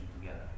together